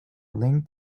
linked